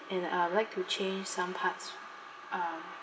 and I would like to change some parts um